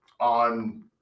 on